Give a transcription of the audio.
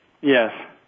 Yes